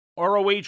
ROH